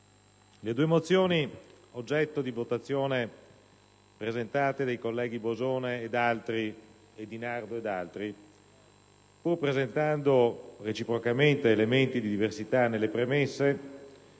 le due mozioni oggetto di votazione presentate dai colleghi Bosone ed altri e Di Nardo ed altri, pur presentando reciprocamente elementi di diversità nelle premesse,